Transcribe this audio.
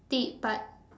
~dit but